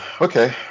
Okay